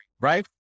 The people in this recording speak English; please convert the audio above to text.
right